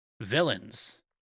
Villains